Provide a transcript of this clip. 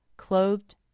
clothed